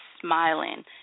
smiling